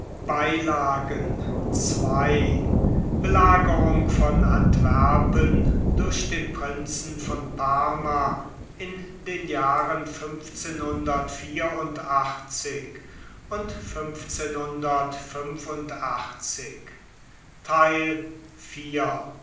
ii belagerung von antwerpen durch den prinzen von parma in den jahren